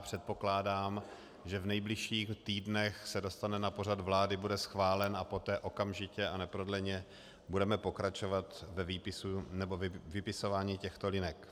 Předpokládám, že v nejbližších týdnech se dostane na pořad vlády, bude schválen, a poté okamžitě a neprodleně budeme pokračovat ve vypisování těchto linek.